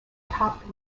topped